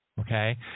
Okay